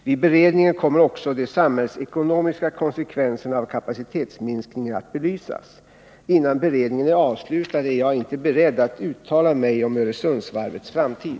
Vid beredningen kommer också de samhällsekonomiska konsekvenserna av kapacitetsminskningen att belysas. Innan beredningen är avslutad är jag inte beredd att uttala mig om Öresundsvarvets framtid.